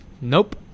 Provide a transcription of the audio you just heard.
Nope